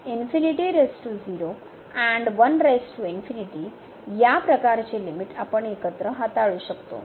आणि आणि या प्रकाराचे लिमिट आपण एकत्र हाताळू शकतो